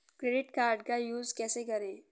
Credit card का use कैसे करें?